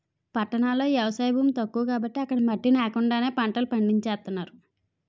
పట్టణాల్లో ఎవసాయ భూమి తక్కువ కాబట్టి అక్కడ మట్టి నేకండానే పంటలు పండించేత్తన్నారు